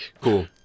Cool